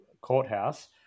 Courthouse